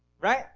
right